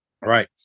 right